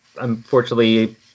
unfortunately